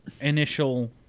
initial